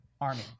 Army